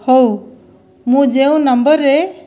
ହେଉ ମୁଁ ଯେଉଁ ନମ୍ବରରେ